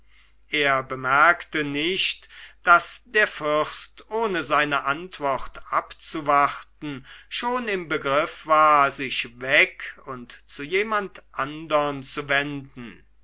er bemerkte nicht daß der fürst ohne seine antwort abzuwarten schon im begriff war sich weg und zu jemand andern zu wenden